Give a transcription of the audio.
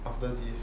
after this